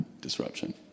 disruption